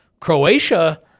Croatia